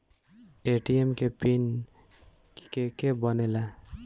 ATM के pin के के बनेला?